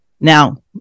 Now